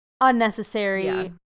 unnecessary